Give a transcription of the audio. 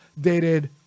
dated